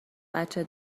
بچه